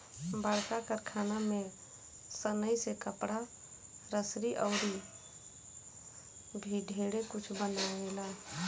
बड़का कारखाना में सनइ से कपड़ा, रसरी अउर भी ढेरे कुछ बनावेला